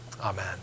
Amen